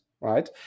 right